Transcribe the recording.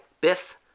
Biff